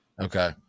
Okay